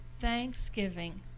thanksgiving